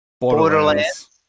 Borderlands